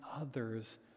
others